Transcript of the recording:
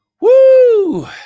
Woo